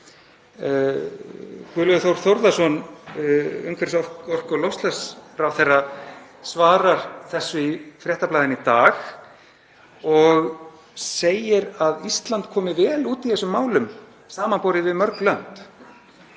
Guðlaugur Þór Þórðarson, umhverfis-, orku- og loftslagsráðherra, svarar þessu í Fréttablaðinu í dag og segir að Ísland komi vel út í þessum málum samanborið við mörg lönd